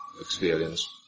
experience